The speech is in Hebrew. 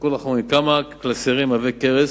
כמה קלסרים עבי כרס,